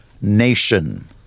nation